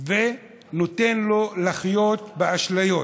ונותן לו לחיות באשליות.